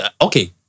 Okay